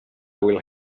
will